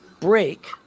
break